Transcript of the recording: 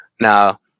Now